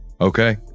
okay